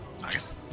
Nice